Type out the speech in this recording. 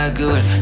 good